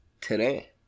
today